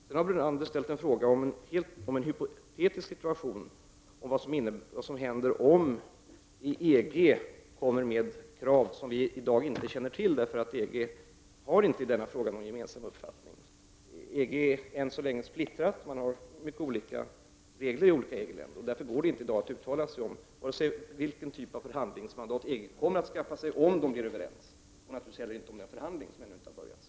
Lennart Brunander har sedan ställt en fråga om en hypotetisk situation, nämligen vad som händer om man från EG:s sida kommer med krav som vi i dag inte känner till, eftersom man i EG i dag inte har någon gemensam uppfattning. Uppfattningen inom EG är än så länge splittrad. Man har mycket olika regler i olika EG-länder, och det går därför inte att i dag uttala sig om vilken typ av villkor man kommer att enas om i det fall man kommer överens och naturligtvis inte heller om den förhandling som ännu inte har inletts.